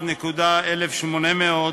1.1800,